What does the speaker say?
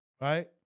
Right